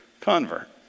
Convert